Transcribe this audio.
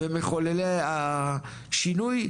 ומחוללי השינוי,